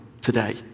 today